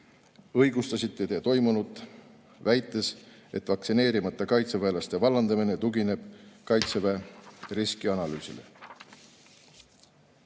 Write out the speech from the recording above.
õigustasite toimunut, väites, et vaktsineerimata kaitseväelaste vallandamine tugineb kaitseväe riskianalüüsile.